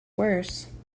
worse